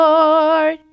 Lord